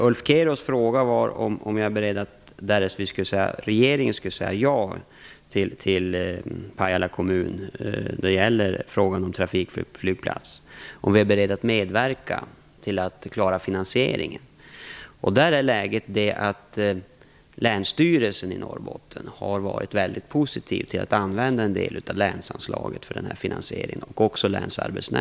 Ulf Keros fråga var: Om regeringen skulle säga ja till Pajala kommun när det gäller frågan om trafikflygplats, är då regeringen beredd att medverka till att klara finansieringen? Länsstyrelsen i Norrbotten och också Länsarbetsnämnden har varit väldigt positiv till att använda en del av länsanslaget för finansieringen.